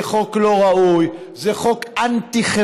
זה חוק לא ראוי, זה חוק אנטי-חברתי.